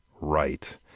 right